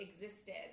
existed